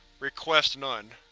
request none.